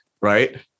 right